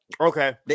Okay